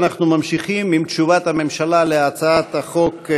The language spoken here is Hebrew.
אנחנו ממשיכים עם תשובת הממשלה על הצעת החוק,